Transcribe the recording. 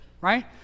Right